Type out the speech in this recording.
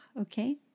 Okay